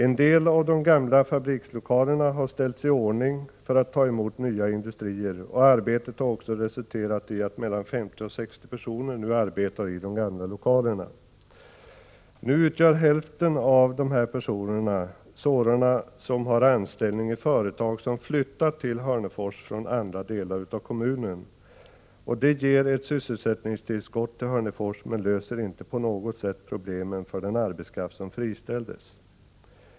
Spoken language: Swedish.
En del av de gamla fabrikslokalerna har ställts i ordning för att ta emot nya industrier, och arbetet har resulterat i att mellan 50 och 60 personer nu arbetar i de gamla lokalerna. Hälften av dessa personer utgör sådana som har anställning i företag som har flyttat till Hörnefors från andra delar av kommunen, och det ger ett sysselsättningstillskott till Hörnefors men löser inte på något sätt problemen för den arbetskraft som friställdes.